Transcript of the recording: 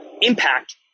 impact